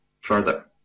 further